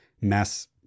mass